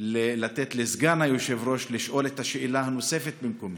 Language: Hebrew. לתת לסגן היושב-ראש לשאול את השאלה הנוספת במקומי.